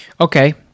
Okay